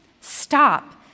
stop